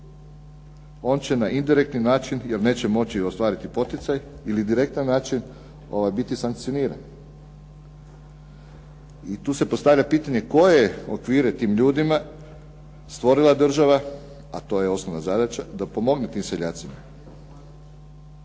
on će na indirektni način jer neće moći ostvariti poticaj ili direktan način biti sankcioniran. I tu se postavlja pitanje koje je okvire tim ljudima stvorila država, a to je osnovna zadaća da pomogne tim seljacima.